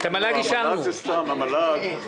את הבקשה של המל"ג אישרנו.